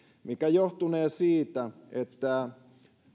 mikä johtunee siitä että